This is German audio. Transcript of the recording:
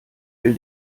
will